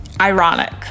ironic